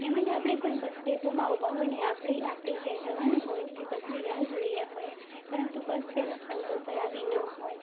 તેમજ આપણે કોઈ બસ ડેપોમાં ઉભા હોય અને આપણી આપણે જ્યાં જવાનું હોય તે બસની રાહ જોઇ રહ્યાં હોય પરંતુ બસ તેના સમય ઉપર આવી ન હોય